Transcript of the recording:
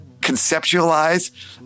conceptualize